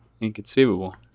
Inconceivable